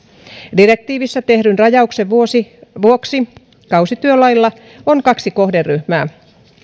direktiivissä tehdyn rajauksen vuoksi vuoksi kausityölailla on kaksi kohderyhmää